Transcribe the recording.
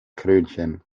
krönchen